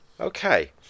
okay